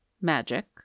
magic